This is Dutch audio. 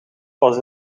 pas